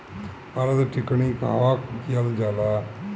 पारद टिक्णी कहवा कयील जाला?